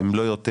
אם לא יותר.